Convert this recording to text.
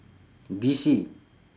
D_C